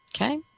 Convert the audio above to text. okay